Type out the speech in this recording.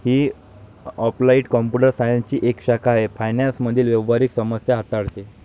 ही applied computer सायन्सची एक शाखा आहे फायनान्स मधील व्यावहारिक समस्या हाताळते